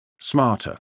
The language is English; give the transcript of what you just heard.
smarter